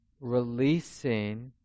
releasing